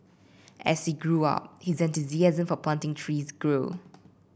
as he grew up his enthusiasm for planting trees grew